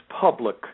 public